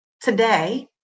Today